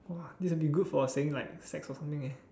!wah! this will be good for saying like sex or something eh